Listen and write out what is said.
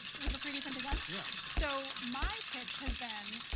with the three d printed guns? yeah. so, my pitch has been